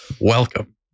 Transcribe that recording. Welcome